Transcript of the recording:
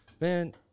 Man